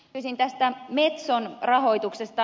kysyisin tästä metson rahoituksesta